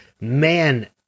Man